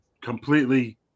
completely